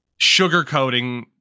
sugarcoating